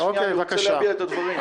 אני רוצה להביע את הדברים שלי.